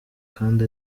kandi